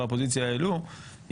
אם